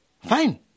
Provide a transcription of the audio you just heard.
Fine